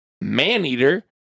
Maneater